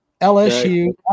LSU